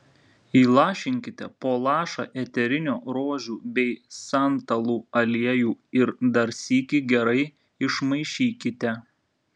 įlašinkite po lašą eterinio rožių bei santalų aliejų ir dar sykį gerai išmaišykite